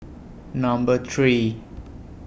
Number three